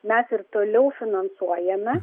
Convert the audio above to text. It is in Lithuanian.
mes ir toliau finansuojame